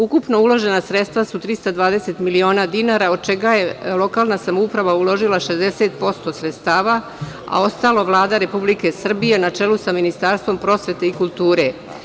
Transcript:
Ukupna uložena sredstva su 320 miliona dinara, od čega je lokalna samouprava uložila 60% sredstava, a ostalo Vlada Republike Srbije, na čelu sa Ministarstvom prosvete i kulture.